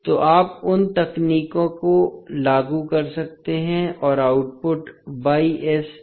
तो आप उन तकनीकों को लागू कर सकते हैं और आउटपुट पा सकते हैं